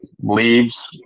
leaves